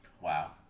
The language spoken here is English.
Wow